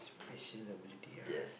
special ability ah